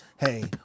Hey